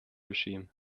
regime